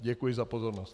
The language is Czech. Děkuji za pozornost.